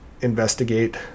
investigate